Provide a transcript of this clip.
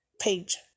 page